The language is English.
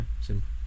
Simple